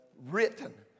Written